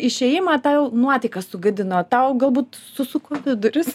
išėjimą tau nuotaiką sugadino tau galbūt susuko vidurius